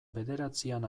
bederatzian